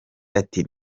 ati